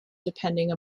depending